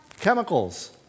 Chemicals